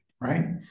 right